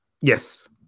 yes